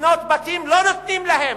לבנות בתים לא נותנים להם,